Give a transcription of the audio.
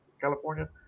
California